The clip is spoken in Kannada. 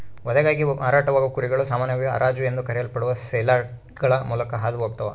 ವಧೆಗಾಗಿ ಮಾರಾಟವಾಗುವ ಕುರಿಗಳು ಸಾಮಾನ್ಯವಾಗಿ ಹರಾಜು ಎಂದು ಕರೆಯಲ್ಪಡುವ ಸೇಲ್ಯಾರ್ಡ್ಗಳ ಮೂಲಕ ಹಾದು ಹೋಗ್ತವ